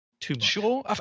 Sure